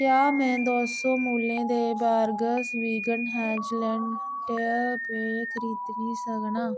क्या में दो सौ मुल्लै दे बोर्गेस्स वीगन हेज़लनट पेय खरीदनी सकनां